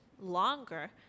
longer